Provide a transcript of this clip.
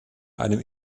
einem